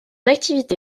activité